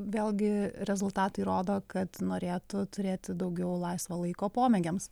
vėlgi rezultatai rodo kad norėtų turėti daugiau laisvo laiko pomėgiams